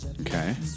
Okay